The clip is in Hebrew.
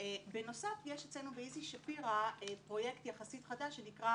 שכלית